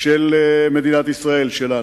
של מדינת ישראל שלנו.